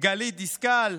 גלית דיסטל,